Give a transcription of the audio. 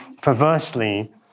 perversely